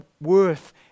worth